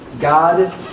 God